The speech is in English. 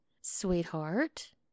sweetheart